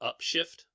upshift